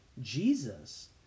Jesus